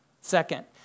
Second